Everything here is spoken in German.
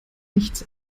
nichts